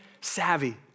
savvy